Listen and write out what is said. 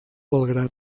belgrad